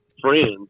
friends